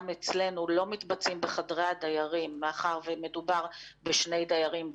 גם אצלנו לא מתבצעים בחדרי הדיירים מאחר שמדובר בשני דיירים בחדר.